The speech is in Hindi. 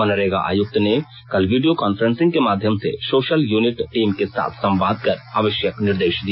मनरेगा आयुक्त ने कल वीडियो कांफ्रेंसिंग के माध्यम से सोशल युनिट टीम के साथ संवाद कर आवश्यक निर्देश दिया